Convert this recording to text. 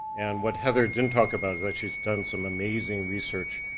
and what heather didn't talk about that she has done some amazing research,